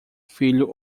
filho